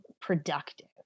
productive